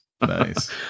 nice